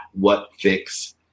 Whatfix